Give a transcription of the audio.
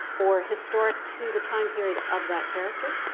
or historic to the time period of that character,